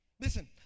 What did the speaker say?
Listen